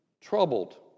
troubled